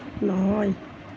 নহয়